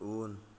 उन